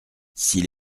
s’il